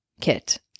kit